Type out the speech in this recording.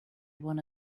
one